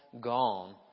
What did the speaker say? gone